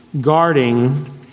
guarding